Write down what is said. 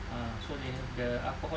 uh so they have the alcoholic